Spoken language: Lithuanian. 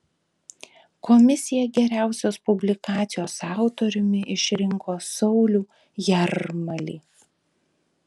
komisija geriausios publikacijos autoriumi išrinko saulių jarmalį